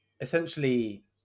essentially